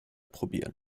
probieren